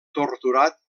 torturat